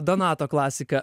donato klasika